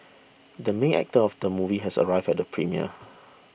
the main actor of the movie has arrived at the premiere